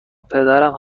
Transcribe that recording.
پدرم